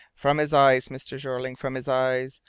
from his eyes, mr. jeorling, from his eyes.